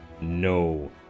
no